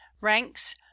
Ranks